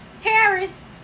Harris